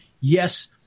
Yes